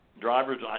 drivers